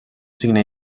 signe